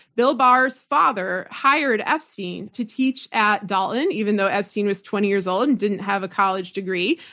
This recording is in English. bill barr's father hired epstein to teach at dalton even though epstein was twenty years old and didn't have a college degree.